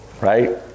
Right